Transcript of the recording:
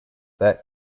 that